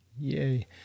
Yay